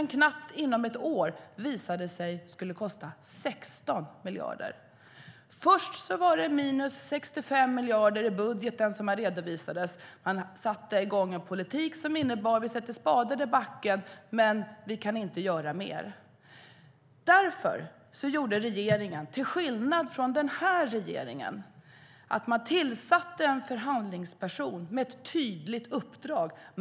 Inom knappt ett år visade det sig att det skulle kosta 16 miljarder. Först var det minus 65 miljarder i budgeten som redovisades. Man satte i gång en politik som innebar: Vi sätter spaden i backen, men vi kan inte göra mer. Därför tillsatte regeringen, till skillnad från den här regeringen, en förhandlingsperson med ett tydligt uppdrag.